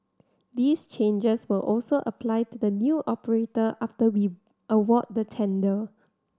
these changes will also apply to the new operator after we award the tender